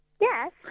Yes